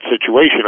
situation